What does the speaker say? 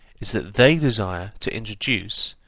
is that they desire to introduce,